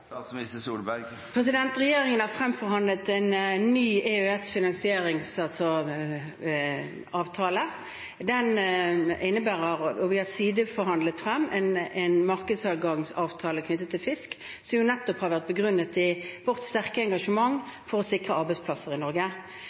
Regjeringen har fremforhandlet en ny EØS-finansieringsavtale. Og vi har sideforhandlet frem en markedsadgangsavtale knyttet til fisk, som nettopp har vært begrunnet i vårt sterke engasjement for å sikre arbeidsplasser i Norge.